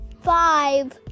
five